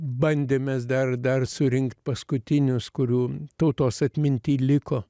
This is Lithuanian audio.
bandėm mes dar dar surinkt paskutinius kurių tautos atminty liko